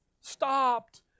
stopped